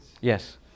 Yes